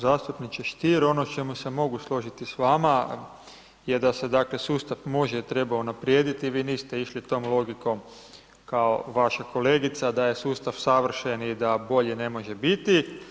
Zastupniče Stier ono o čemu se mogu složiti s vama je da se dakle sustav može i treba unaprijediti, vi niste išli tom logikom kao vaša kolegica da je sustav savršen i da bolji ne može biti.